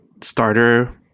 starter